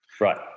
Right